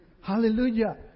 Hallelujah